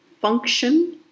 function